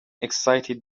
excited